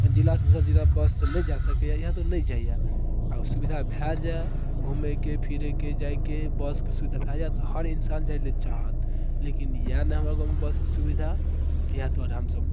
अपन जिलासँ दोसर जिला बससँ नहि जा सकैए इहए तऽ नहि जाइए अगर सुविधा भए जाए घुमैके फिरैके जाइके बसके सुविधा भए जाएत तऽ हर इन्सान जाइला चाहत लेकिन यऽ नहि हमरा गाँवमे बसके सुविधा इहए दुआरे हमसब